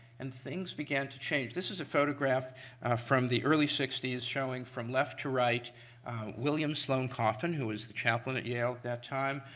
and things began to change. this is a photograph from the early sixty s showing from left to right william sloane coffin, who was the chaplain at yale at that time.